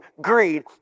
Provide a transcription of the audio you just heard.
greed